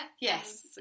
yes